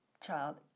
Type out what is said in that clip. child